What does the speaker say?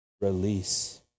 release